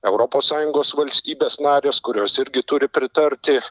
europos sąjungos valstybės narės kurios irgi turi pritarti